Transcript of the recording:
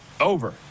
over